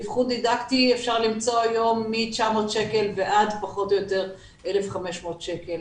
אפשר למצוא היום אבחון דידקטי מ-900 שקל ועד 1,500 שקל.